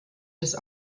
des